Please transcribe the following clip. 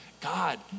God